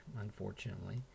unfortunately